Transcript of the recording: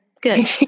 good